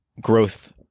growth